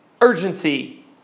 urgency